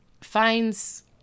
finds